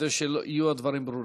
כדי שיהיו הדברים ברורים.